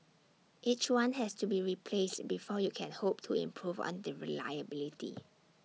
each one has to be replaced before you can hope to improve on the reliability